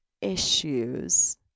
issues